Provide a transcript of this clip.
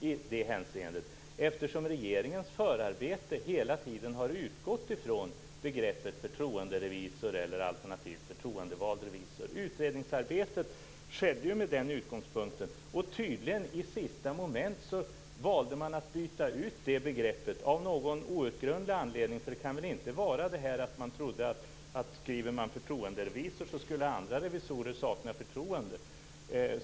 Regeringens förarbete har ju hela tiden utgått från begreppet förtroenderevisor, alternativt förtroendevald revisor. Utredningsarbetet skedde med den utgångspunkten. Tydligen valde man, av någon outgrundlig anledning, i sista momentet att byta ut det begreppet. Det kan väl inte vara så att man, som någon sade, trodde att skriver man förtroenderevisor skulle det innebära att andra revisorer saknar förtroende?